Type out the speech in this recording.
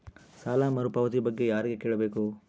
ಸಾಲ ಮರುಪಾವತಿ ಬಗ್ಗೆ ಯಾರಿಗೆ ಕೇಳಬೇಕು?